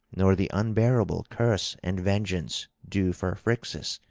nor the unbearable curse and vengeance due for phrixus,